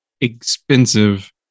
expensive